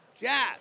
Jazz